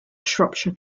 shropshire